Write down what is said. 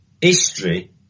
history